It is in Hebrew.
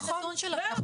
נכון.